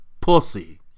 Pussy